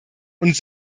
und